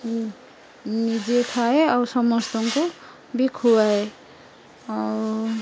ନିଜେ ଖାଏ ଆଉ ସମସ୍ତଙ୍କୁ ବି ଖୁଆଏ ଆଉ